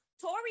Tori